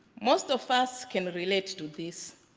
most of us can relate to this.